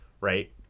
right